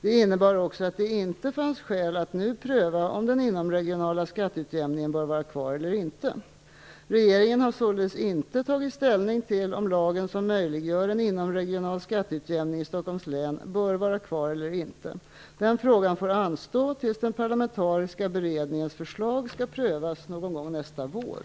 Det innebar också att det inte fanns skäl att nu pröva om den inomregionala skatteutjämningen bör vara kvar eller inte. Regeringen har således inte tagit ställning till om lagen som möjliggör en inomregional skatteutjämning i Stockholms län bör vara kvar eller inte. Den frågan får anstå tills den parlamentariska beredningens förslag skall prövas någon gång nästa vår.